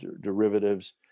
derivatives